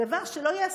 זה דבר שלא ייעשה.